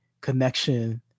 connection